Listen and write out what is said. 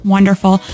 Wonderful